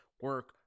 Work